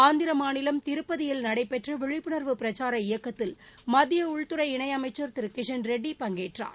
ஆந்திர மாநிலம் திருப்பதியில் நடைபெற்ற விழிப்புணர்வு பிரச்சார இயக்கத்தில் மத்திய உள்துறை இணையமைச்சர் திரு கிஷண் ரெட்டி பங்கேற்றார்